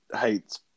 hates